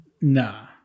Nah